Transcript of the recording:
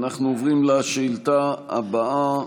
אנחנו עוברים לשאילתה הבאה,